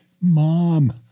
Mom